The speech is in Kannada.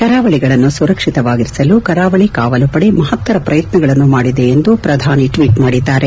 ಕರಾವಳಿಗಳನ್ನು ಸುರಕ್ಷಿತವಾಗಿರಿಸಲು ಕರಾವಳಿ ಕಾವಲುಪಡೆ ಮಹತ್ತರ ಪ್ರಯತ್ಯಗಳನ್ನು ಮಾಡಿದೆ ಎಂದು ಪ್ರಧಾನಿ ಟ್ನೀಟ್ ಮಾಡಿದ್ದಾರೆ